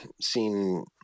seen